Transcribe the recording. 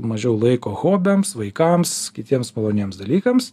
mažiau laiko hobiams vaikams kitiems maloniems dalykams